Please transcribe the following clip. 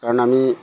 কাৰণ আমি